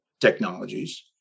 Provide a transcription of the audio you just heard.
technologies